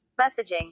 messaging